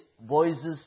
voices